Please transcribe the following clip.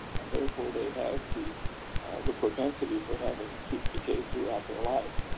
and therefore they have the the propensity for having tooth decay throughout their life,